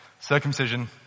Circumcision